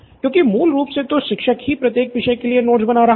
क्योंकि मूल रूप से तो शिक्षक ही प्रत्येक विषय के लिए नोट्स बना रहा है